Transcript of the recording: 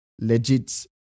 legit